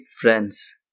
friends